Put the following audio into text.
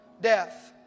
death